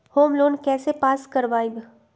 Home loan कैसे pass कर बाबई?